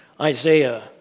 Isaiah